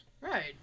Right